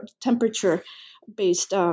temperature-based